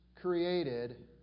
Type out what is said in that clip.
created